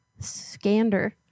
Scander